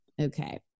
okay